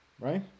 right